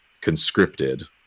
conscripted